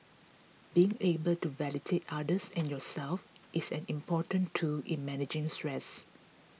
being able to validate others and yourself is an important tool in managing stress